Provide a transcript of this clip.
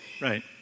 Right